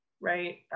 right